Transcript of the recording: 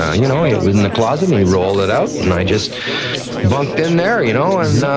ah you know it was in the closet, and he rolled it out, and i just bunked in there, you know and